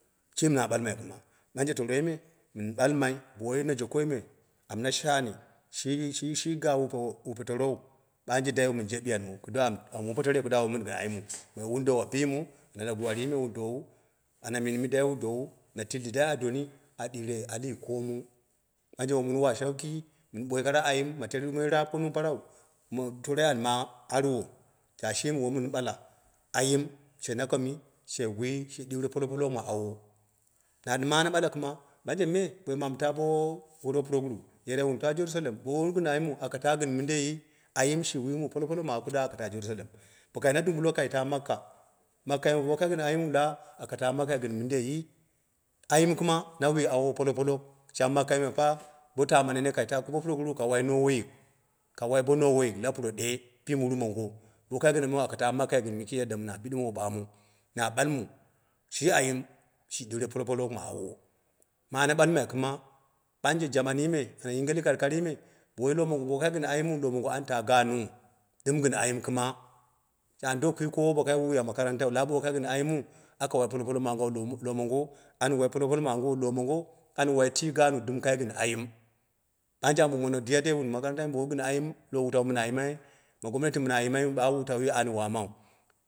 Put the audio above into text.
Shimi na ɓalmai kima, banje toroi mu mɨn salmai bo woi na jokoi me amna shani, shi- shi, shiga ga wupo wupe torou ɓan gji je mɨn jebiyan mu. Kɨda amu wupe toroi kiduwa wo min gɨn ayimmu, mon wun down biimu, na la guwarmi wu dowu, ana minmi dai wu do wo, ta tv dai doni a ɗiuri alii koomu, ɓanje win mun wa shauki, mɨn ɓoi kara ayim ma teere dumoi raap kur nung, parau mɨ toroi an ma arwo ta shimi wom min ɓala ayim she nakomi? She wui, she ɗɨure polopolok ma awoi na ɗɨm ana ɓala kɨmai, ɓanje me boim amu taa bo kumbe puroguru, yerei wun taa jerusalem bo wun gɨn ayimu aka taa gɨn minde? Ayim sh wumowo popopolok ma awo kɨda aka taa jerusalem. bo kai na dumbulo kai taa mak ka, makkai me bo wokai gɨn ayimmu lawa, aka taa mak kai gɨn mɨn deiyi, ayim kɨma na wui awowo polopolok, shai makkai pa bo tama nene ki ta kambe puroguru ka wai noweyik, ka wai be noway la puro de shimi nufi mongo, bo wo kai gɨn muu aka ta makkai gɨn mɨn kiim yadd na bidimo wo ɓamu na lalmu shi ayim shi siure polopolok ma awo na mane ɓalmai kɨma banje jamanni me ana yinge likalikati me bo woi lowo mongo, bo woka gɨn ayimm lowo mongo anni taa gaanok dɨm gɨn ayim kɨma sha an do kwii kowo bo wo kai luwa makaranta lawa bo wu gɨn ayimu waka wani polopolok ma awou. lowo mongo kima wani wai polopolok ma awou lowou, lowo mongo ani wa! Tas gaaunnu dɨm kai gɨn ayim. ɓanji ambo mono deyandei, wun makaranta? Bo woi gɨn ayim lowo wutau mi na yimai, ma gomnati mi na yimai, ba wuta uwi wani wamau, watauwi wai wamau.